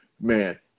man